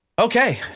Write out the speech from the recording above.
Okay